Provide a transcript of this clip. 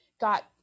got